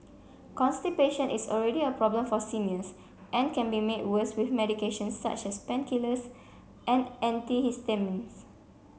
constipation is already a problem for seniors and can be made worse with medications such as painkillers and antihistamines